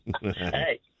Hey